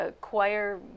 choir